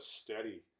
steady